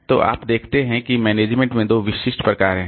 तो आप देखते हैं कि मैनेजमेंट के दो विशिष्ट प्रकार हैं